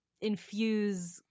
infuse